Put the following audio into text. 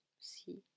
see